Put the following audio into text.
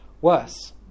worse